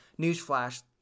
newsflash